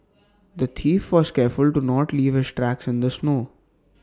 the thief was careful to not leave his tracks in the snow